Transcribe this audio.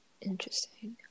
interesting